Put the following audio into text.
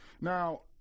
Now